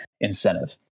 incentive